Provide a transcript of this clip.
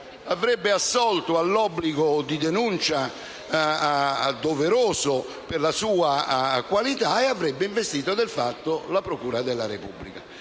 avrebbe assolto all'obbligo di denuncia, doveroso per la sua qualità, e avrebbe investito del fatto la procura della Repubblica.